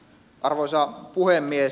arvoisa puhemies